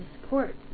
support